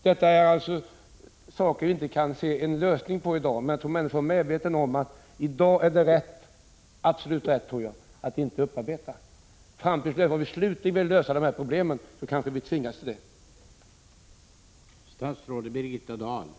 Detta är alltså frågor vi inte kan se någon lösning på i dag, men jag tror att människor är medvetna om att just nu är det absolut rätt att inte upparbeta. När vi vet hur vi slutligen skall lösa dessa problem — om de går att lösa — kanske vi tvingas till upparbetning i någon form.